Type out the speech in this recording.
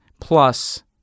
plus